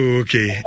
okay